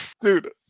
Dude